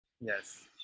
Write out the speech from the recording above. Yes